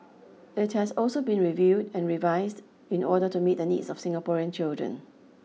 it has also been reviewed and revised in order to meet the needs of Singaporean children